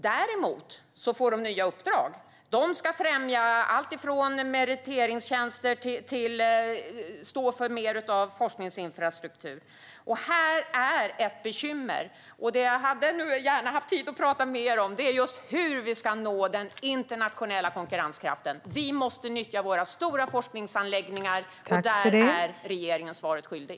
Däremot får de nya uppdrag. De ska både främja meriteringstjänster och stå för mer forskningsinfrastruktur. Detta är ett bekymmer. Det jag gärna hade haft tid att tala mer om är hur vi ska nå den internationella konkurrenskraften. Vi måste nyttja våra stora forskningsanläggningar, och där är regeringen svaret skyldig.